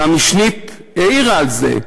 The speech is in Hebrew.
והמשנה העירה על זה.